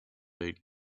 aid